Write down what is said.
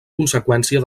conseqüència